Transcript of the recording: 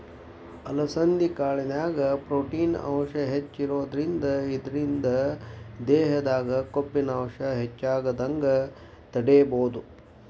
ಅಲಸಂಧಿ ಕಾಳಿನ್ಯಾಗ ಪ್ರೊಟೇನ್ ಅಂಶ ಹೆಚ್ಚಿರೋದ್ರಿಂದ ಇದ್ರಿಂದ ದೇಹದಾಗ ಕೊಬ್ಬಿನಾಂಶ ಹೆಚ್ಚಾಗದಂಗ ತಡೇಬೋದು